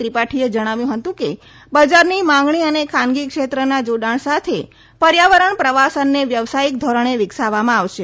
ત્રિપાઠીએ જણાવ્યું હતું કે બજારની માંગણી અને ખાનગી ક્ષેત્રના જોડાણ સાથે પર્યાવરણ પ્રવાસનને વ્યવસાયિક ધોરણે વિકસાવવામાં આવશે